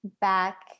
back